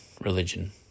religion